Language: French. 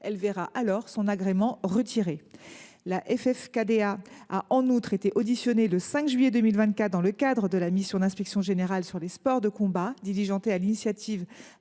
lui sera alors retiré. La FFKDA a en outre été auditionnée le 5 juillet 2024 dans le cadre de la mission d’inspection générale sur les sports de combat diligentée sur l’initiative